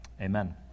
Amen